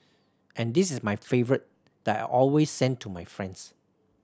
and this is my favourite that I always send to my friends